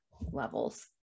levels